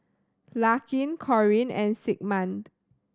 Larkin Corine and Sigmund